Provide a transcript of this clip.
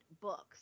books